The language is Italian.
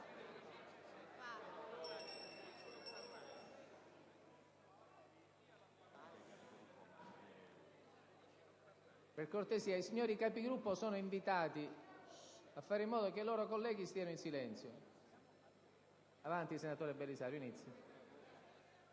Per cortesia, i signori Capigruppo sono invitati a fare in modo che i loro colleghi stiano in silenzio. Senatore Belisario, inizi.